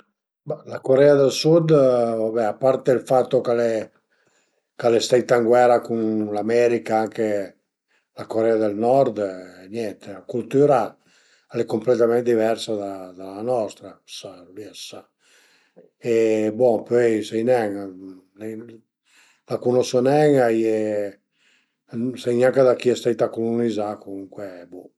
Natüralment ën ca, a ca al e pensu la coza migliura, fëstegé ün cumpleani perché andé ën gir a m'piazerìa nen e pöi avei i amis, i amis, i famigliar e però nen fe coze, nen coze tantu particular, mach 'na festa parei, ün ritrovo, dizuma parei, ritruvese e festegé